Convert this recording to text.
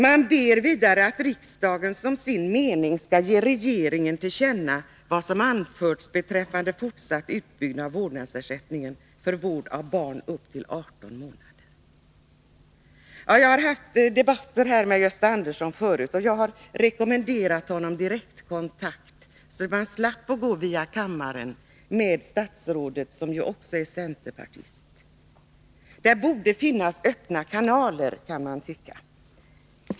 Man vill vidare att riksdagen som sin mening skall ge regeringen till känna vad som anförts beträffande fortsatt utbyggnad av vårdnadsersättningen för vård av barn upp till 18 månader. Jag har tidigare haft debatter här med Gösta Andersson, och jag har rekommenderat honom direktkontakt med statsrådet, som ju också är centerpartist, så att man slapp gå via kammaren. Det borde finnas öppna kanaler, kan man tycka.